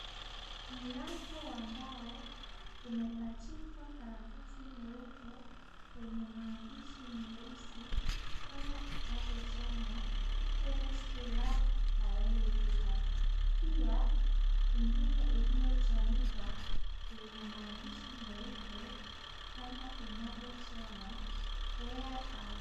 Mlango wa mbao umepachikwa karatasi nyeupe yenye maandishi meusi kama yanavyosomwa chemistry lab, biology lab . Pia ingine iliyochanika yenye maandishi meupe kama inavyosomwa where are...